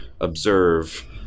observe